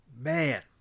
man